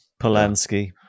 Polanski